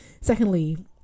Secondly